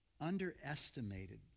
underestimated